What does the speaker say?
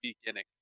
beginning